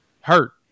Hurt